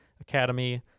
Academy